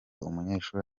umunyeshuri